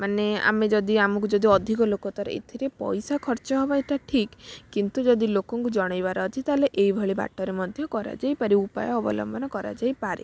ମାନେ ଆମେ ଯଦି ଆମକୁ ଯଦି ଅଧିକ ଲୋକ ତା'ର ଏଥିରେ ପଇସା ଖର୍ଚ୍ଚ ହେବ ଏଇଟା ଠିକ୍ କିନ୍ତୁ ଯଦି ଲୋକଙ୍କୁ ଜଣେଇବାର ଅଛି ତା'ହେଲେ ଏହିଭଳି ବାଟରେ ମଧ୍ୟ କରାଯାଇପାରିବ ଉପାୟ ଅବଲମ୍ବନ କରାଯାଇପାରେ